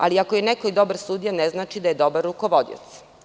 Ali, ako je neko i dobar sudija ne znači da je dobar rukovodilac.